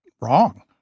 wrong